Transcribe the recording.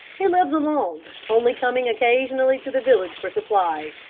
he lives alone, only coming occasionally to the village for supplies,